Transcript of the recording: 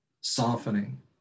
softening